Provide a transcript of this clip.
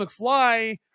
McFly